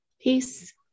peace